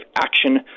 Action